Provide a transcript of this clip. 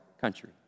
country